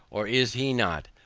or is he not,